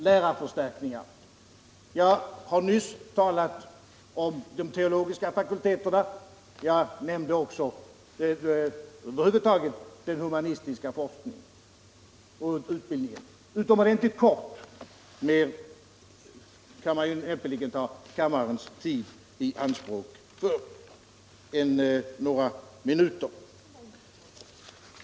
Jag har i detta avseende nyss talat om de teologiska fakulteterna. Jag nämnde också den humanistiska forskningen och utbildningen över huvud taget mycket kortfattat — man kan ju näppeligen ta kammarens tid i anspråk mer än några minuter.